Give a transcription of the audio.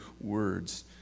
words